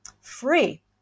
free